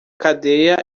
cadeia